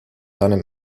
einem